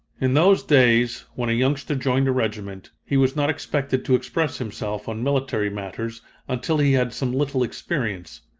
in those days, when a youngster joined a regiment, he was not expected to express himself on military matters until he had some little experience.